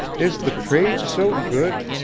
is the trade so good,